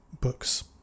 books